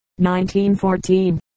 1914